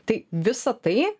tai visa tai